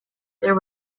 there